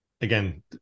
again